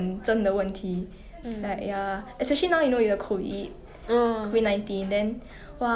mm